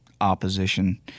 opposition